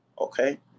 Okay